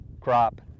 crop